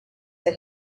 that